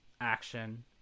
action